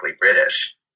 British